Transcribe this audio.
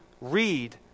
read